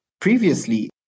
Previously